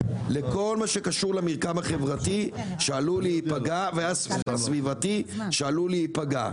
לכל מה שקשור למרקם החברתי והסביבתי שעלול להיפגע,